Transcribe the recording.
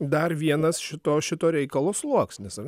dar vienas šito šito reikalo sluoksnis ar